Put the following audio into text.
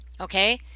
Okay